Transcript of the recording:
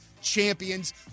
champions